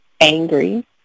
angry